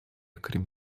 крім